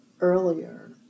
earlier